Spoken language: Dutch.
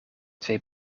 twee